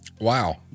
Wow